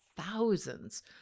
thousands